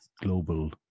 global